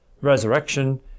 resurrection